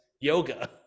yoga